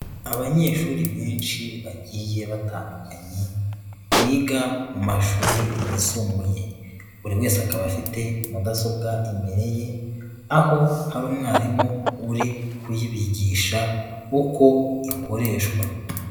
Abanyeshuri benshi bagiye batandukanye, biga mu mashuri yisumbuye. Buri wese akaba afite mudasobwa imbere ye, aho hari umwarimu uri kuyibigisha uko ikoreshwa.